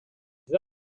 mes